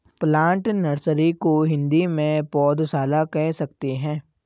plant nursery को हिंदी में पौधशाला कह सकते हैं